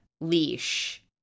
leash